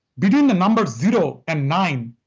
between the numbers zero and nine,